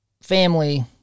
family